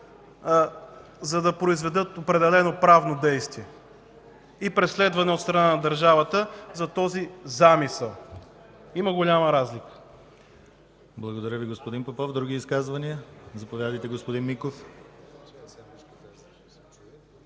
за да произведат определено правно действие и преследване от страна на държавата за този „замисъл”. Има голяма разлика. ПРЕДСЕДАТЕЛ ДИМИТЪР ГЛАВЧЕВ: Благодаря Ви, господин Попов. Други изказвания? Заповядайте, господин Миков.